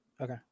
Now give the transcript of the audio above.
Okay